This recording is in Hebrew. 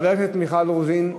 חברת הכנסת מיכל רוזין?